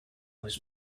was